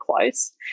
close